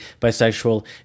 bisexual